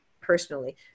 personally